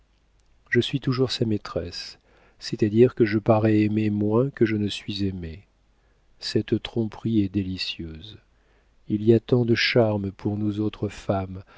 je suis toujours sa maîtresse c'est-à-dire que je parais aimer moins que je ne suis aimée cette tromperie est délicieuse il y a tant de charme pour nous autres femmes